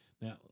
Now